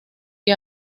que